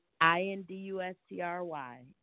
I-N-D-U-S-T-R-Y